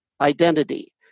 identity